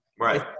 right